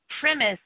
premise